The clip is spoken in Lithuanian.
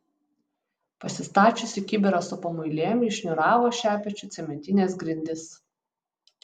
pasistačiusi kibirą su pamuilėm ji šiūravo šepečiu cementines grindis